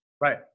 Right